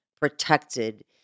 protected